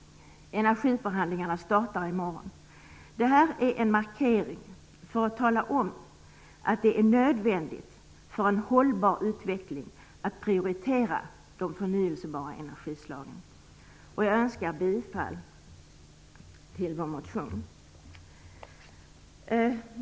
Energiförhandlingarna startar i morgon. Det här är en markering för att tala om att det är nödvändigt för en hållbar utveckling att prioritera de förnyelsebara energislagen. Jag yrkar bifall till vår motion.